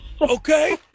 Okay